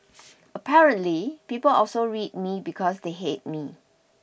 apparently people also read me because they hate me